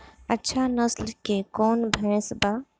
अच्छा नस्ल के कौन भैंस बा?